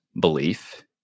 belief